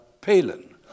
Palin